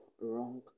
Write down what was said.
wrong